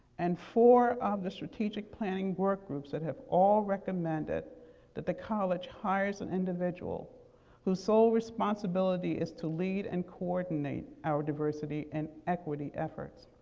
and four of the strategic planning work groups that have all recommended that the college hires an individual whose sole responsibility is to lead and coordinate our diversity and equity efforts.